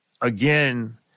again